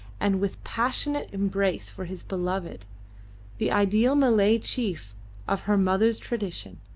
and with passionate embrace for his beloved the ideal malay chief of her mother's tradition.